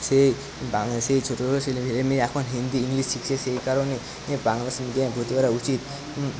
সেই বাংলা সেই ছোটো বড়ো ছেলে এখন হিন্দি ইংলিশ শিখছে সেই কারণে বাংলা মিডিয়ামে ভর্তি করা উচিৎ